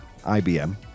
IBM